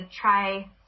try